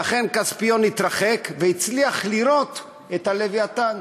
ואכן, כספיון התרחק והצליח לראות את הלווייתן,